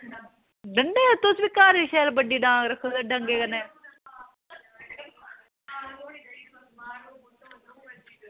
डंडा तुस बी घर शैल बड्डी डांग रक्खो डंडा